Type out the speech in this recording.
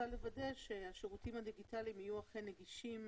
לוודא שהשירותים הדיגיטליים אכן יהיו נגישים